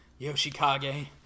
Yoshikage